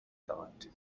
thought